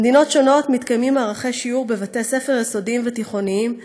במדינות שונות מתקיימים מערכי שיעור בבתי-ספר יסודיים ותיכוניים,